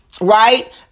right